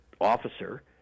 officer